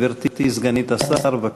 גברתי, סגנית השר, בבקשה.